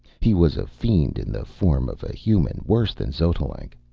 he was a fiend in the form of a human, worse than xotalanc.